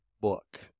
book